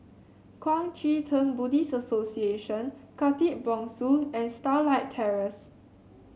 Kuang Chee Tng Buddhist Association Khatib Bongsu and Starlight Terrace